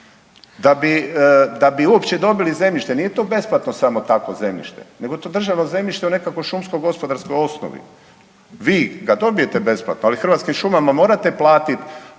Da bi uopće dobili zemljište, nije to besplatno samo tako zemljište, neko je to državno zemljište u nekakvoj šumsko gospodarskoj osnovi. Vi, kad dobijete besplatno, ali Hrvatskim šumama morate platiti